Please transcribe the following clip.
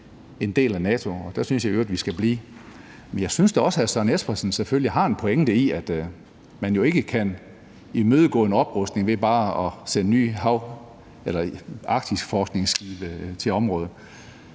en del af NATO, og der synes jeg i øvrigt vi skal blive. Men jeg synes da også, at hr. Søren Espersen selvfølgelig har en pointe i, at man jo ikke kan imødegå en oprustning ved bare at sende nye forskningsskibe til Arktis.